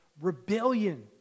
rebellion